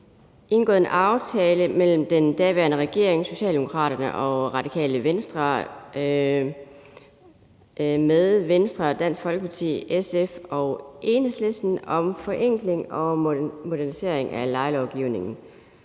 indgået en aftale mellem den daværende regering, Socialdemokraterne og Radikale Venstre, Venstre, Dansk Folkeparti, SF og Enhedslisten om forenkling og modernisering af lejelovgivningen.